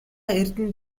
эрдэнэ